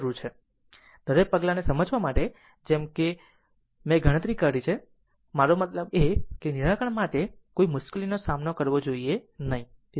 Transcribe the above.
હવે આ તે જ છે જેને ફક્ત દરેક અને દરેક પગલાને સમજવા માટે જેમ કે થટસુચ માટે મેં ગણતરી કરી છે તે ખબર નથી મારો મતલબ છે કે નિરાકરણ માટે કોઈ મુશ્કેલીનો સામનો કરવો જોઇએ નહીં